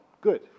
good